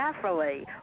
carefully